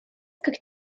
как